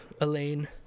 Elaine